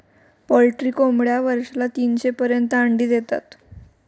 poultry कोंबड्या वर्षाला तीनशे पर्यंत अंडी देतात